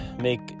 make